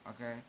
Okay